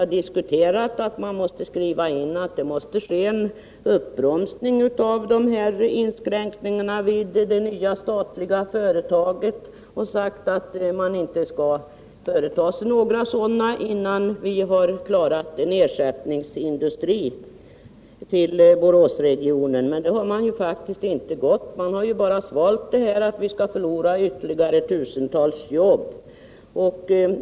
ha diskuterat att skriva in att det måste bli en uppbromsning av inskränkningarna vid det nya statliga företaget och att man inte skall företa några sådana innan man fått fram en ersättningsindustri till Boråsregionen. Men det har inte gått. Man har bara svalt att vi skall förlora ytterligare tusentals jobb.